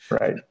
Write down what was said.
Right